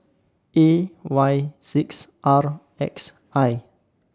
A Y six R X I